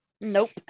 Nope